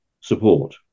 support